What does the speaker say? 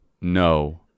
no